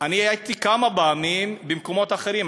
אני הייתי כמה פעמים במקומות אחרים,